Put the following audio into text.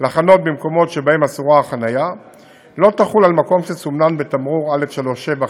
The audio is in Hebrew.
לחנות במקומות שבהם אסורה החניה לא תחול על מקום שסומן בתמרור 437,